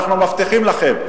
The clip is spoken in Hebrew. אנחנו מבטיחים לכם,